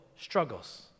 struggles